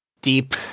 deep